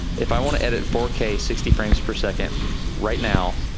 if i want to edit four k sixty frames per second right now,